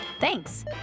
Thanks